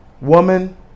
woman